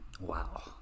Wow